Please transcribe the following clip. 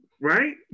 Right